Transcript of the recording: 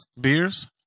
Beers